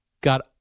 got